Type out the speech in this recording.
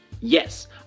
Yes